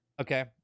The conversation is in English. Okay